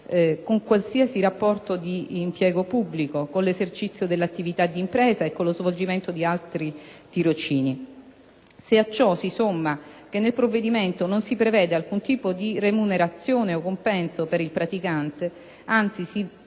con qualsiasi rapporto di impiego pubblico, con l'esercizio dell'attività di impresa e con lo svolgimento di altri tirocini. Se a ciò si somma che nel provvedimento non si prevede alcun tipo di remunerazione o compenso per il praticante, anzi si precisa